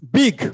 big